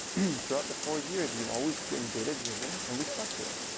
throughout the four years, we've always been data driven. and we stuck to it.